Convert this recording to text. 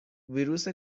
ویروس